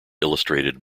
illustrated